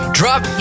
drop